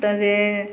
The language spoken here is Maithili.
ओतऽ जे